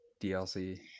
dlc